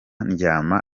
ndyama